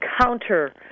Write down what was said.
counter